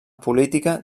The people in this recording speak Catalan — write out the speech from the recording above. política